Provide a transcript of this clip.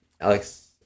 Alex